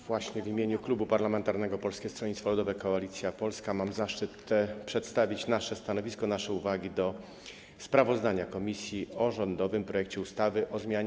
Właśnie w imieniu Klubu Parlamentarnego Polskie Stronnictwo Ludowe - Koalicja Polska mam zaszczyt przedstawić nasze stanowisko, nasze uwagi do sprawozdania komisji o rządowym projekcie ustawy o zmianie